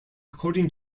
according